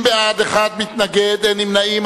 בעד, 60, אחד מתנגד, אין נמנעים.